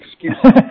excuse